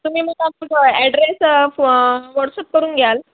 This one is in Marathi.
तुम्ही मग ॲड्रेस वॉट्सअप करून घ्याल